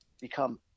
become